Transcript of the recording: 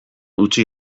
utzi